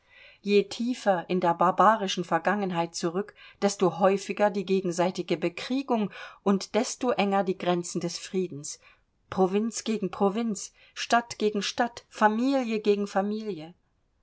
je tiefer in der barbarischen vergangenheit zurück desto häufiger die gegenseitige bekriegung und desto enger die grenzen des friedens provinz gegen provinz stadt gegen stadt familie gegen familie